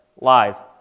lives